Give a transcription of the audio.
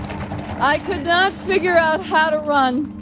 i could not figure out how to run